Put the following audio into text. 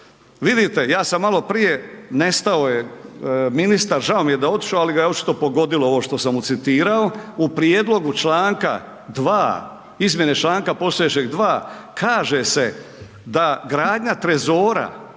vidite ja sam maloprije, nestao je ministar, žao mi je da je otišao ali ga je očito pogodilo ovo što sam mu citirao. U prijedlogu čl. 2. izmjene članka postojećeg 2 kaže se da gradnja trezora